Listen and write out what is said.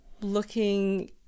looking